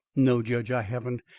no, judge, i haven't.